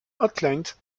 outlined